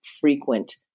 frequent